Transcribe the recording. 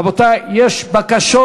רבותי, יש בקשות.